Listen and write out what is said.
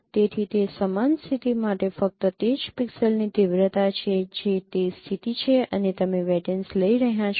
તેથી તે સમાન સ્થિતિ માટે ફક્ત તે જ પિક્સેલની તીવ્રતા છે જે તે સ્થિતિ છે અને તમે વેરિયન્સ લઈ રહ્યા છો